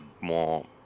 more